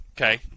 Okay